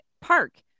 park